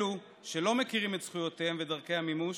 אלו, שלא מכירים את זכויותיהם ודרכי המימוש,